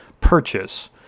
purchase